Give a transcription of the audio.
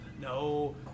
no